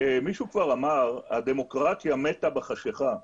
מישהו כבר אמר, הדמוקרטיה מתה בחשכה,